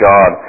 God